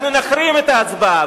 אנחנו נחרים את ההצבעה,